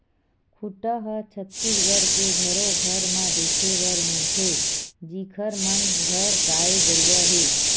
खूटा ह छत्तीसगढ़ के घरो घर म देखे बर मिलथे जिखर मन घर गाय गरुवा हे